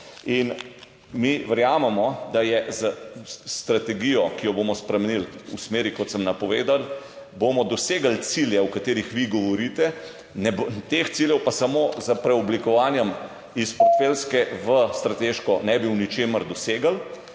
Mi verjamemo, da bomo s strategijo, ki jo bomo spremenili v smeri, kot sem napovedal, dosegli cilje, o katerih vi govorite. Teh ciljev pa samo s preoblikovanjem iz portfeljske v strateško ne bi v ničemer dosegli.